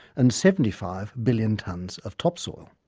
and seventy five billion tonnes of topsoil.